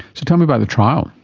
so tell me about the trial.